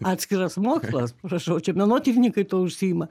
atskiras mokslas prašau čia menotyrininkai tuo užsiima